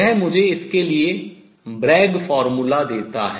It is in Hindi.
यह मुझे इसके लिए ब्रैग सूत्र देता है